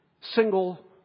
single